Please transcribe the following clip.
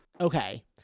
Okay